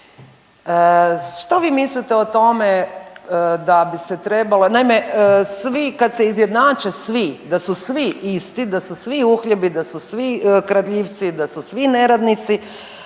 Što vi mislite o tome da bi se trebalo, naime svi kad se izjednače svi da su svi isti, da su svi uhljebi, da su svi kradljivci, da su svi neradnici